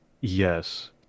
Yes